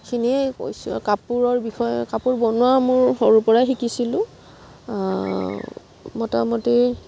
খিনিয়ে কৈছোঁ কাপোৰৰ বিষয়ে কাপোৰ বনোৱা মোৰ সৰুৰ পৰাই শিকিছিলোঁ মোটামুটি